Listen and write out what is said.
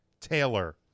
Taylor